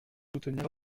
soutenir